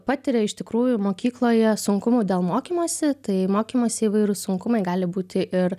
patiria iš tikrųjų mokykloje sunkumų dėl mokymosi tai mokymosi įvairūs sunkumai gali būti ir